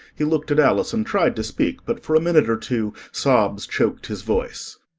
he looked at alice, and tried to speak, but for a minute or two sobs choked his voice.